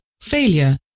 failure